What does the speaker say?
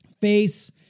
Face